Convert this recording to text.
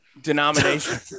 denomination